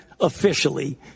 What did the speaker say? officially